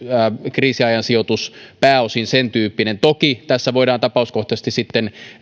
kriisiajan sijoitus pääosin sentyyppinen toki tässä voidaan tapauskohtaisesti sitten